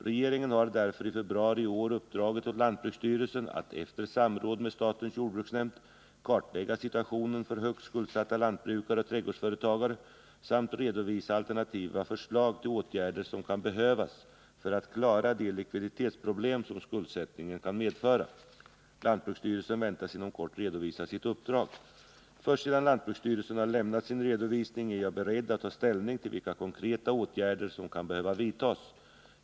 Regeringen har därför i februari i år uppdragit åt lantbruksstyrelsen att efter samråd med statens jordbruksnämnd kartlägga situationen för högt skuldsatta lantbrukare och trädgårdsföretagare samt redovisa alternativa förslag till åtgärder som kan behövas för att klara de likviditetsproblem som skuldsättningen kan medföra. Lantbruksstyrelsen väntas inom kort redovisa sitt uppdrag. Först sedan lantbruksstyrelsen har lämnat sin redovisning är jag beredd att ta ställning till vilka konkreta åtgärder som kan behöva vidtas.